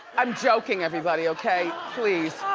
i'm joking, everybody, okay? please.